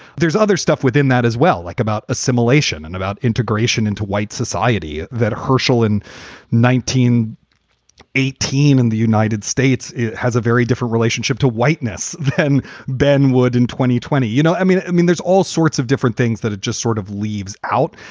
there's other stuff within that as well, like about assimilation and about integration into white society that herschell in nineteen eighteen in the united states has a very different relationship to whiteness than benwood. in twenty twenty. you know, i mean i mean, there's all sorts of different things that are just sort of leaves out.